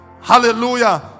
Hallelujah